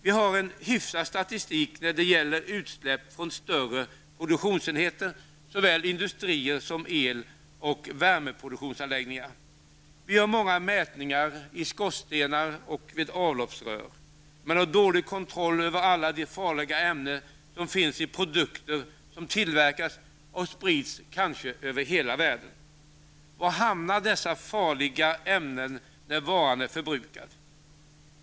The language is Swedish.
Vi har en hyfsad statistik när det gäller utsläpp från större produktionsenheter, såväl industrier som eloch värmeproduktionsanläggningar. Vi gör många mätningar i skorstenar och vid avloppsrör, men vi har dålig kontroll över alla de farliga ämnen som finns i de produkter som tillverkas och sprids över kanske hela världen. Var hamnar dessa farliga ämnen när varan är förbrukad?